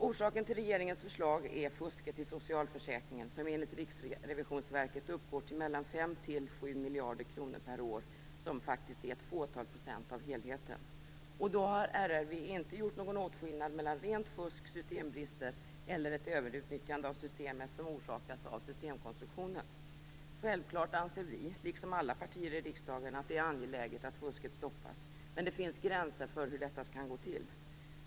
Orsaken till regeringens förslag är fusket i socialförsäkringen, som enligt Riksrevisionsverket uppgår till 5-7 miljarder kronor per år. Det är faktiskt ett fåtal procent av helheten. RRV har inte gjort någon åtskillnad mellan rent fusk, systembrister och ett överutnyttjande av systemet som orsakas av systemkonstruktionen. Självklart anser vi, liksom alla partier i riksdagen, att det är angeläget att fusket stoppas. Men det finns gränser för hur detta kan gå till.